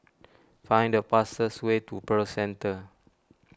find the fastest way to Pearl Centre